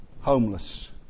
homeless